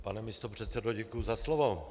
Pane místopředsedo, děkuji za slovo.